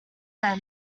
then